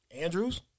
Andrews